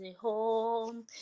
home